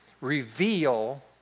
reveal